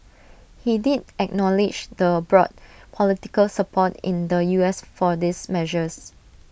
he did acknowledge the broad political support in the U S for these measures